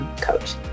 coach